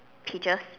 peaches